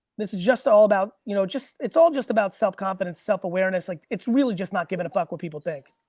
this is just all about you know just it's all just about self-confidence, self-awareness, like it's really just not giving a fuck what people think.